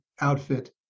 outfit